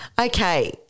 Okay